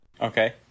Okay